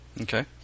Okay